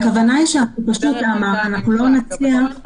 הכוונה שזה לא אוטומטי.